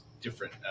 different